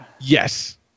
Yes